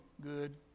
good